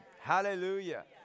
hallelujah